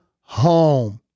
home